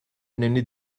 önemli